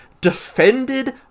defended